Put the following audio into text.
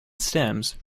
stems